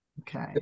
Okay